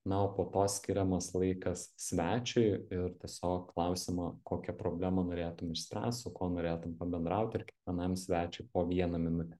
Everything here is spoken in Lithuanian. na o po to skiriamas laikas svečiui ir tiesiog klausimą kokią problemą norėtum išspręst su kuo norėtum pabendrauti ir kiekvienam svečiui po vieną minutę